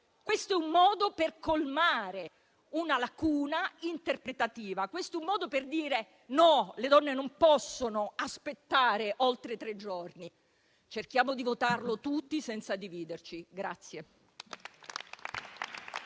Questo è un modo per colmare una lacuna interpretativa; è un modo per dire no, per dire che le donne non possono aspettare oltre tre giorni. Cerchiamo di votarlo tutti senza dividerci.